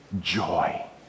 joy